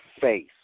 face